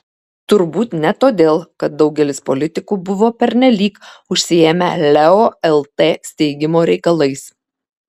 turbūt ne todėl kad daugelis politikų buvo pernelyg užsiėmę leo lt steigimo reikalais